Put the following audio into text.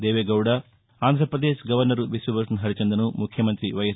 Deve Gowda Andhra Pradesh governor Biswabhusan Harichandan ముఖ్యమంతి YS